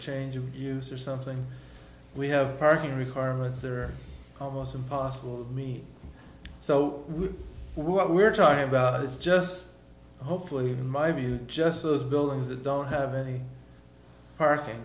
changing user something we have parking requirements they're almost impossible to me so what we're talking about is just hopefully in my view just those buildings that don't have any parking